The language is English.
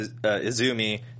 Izumi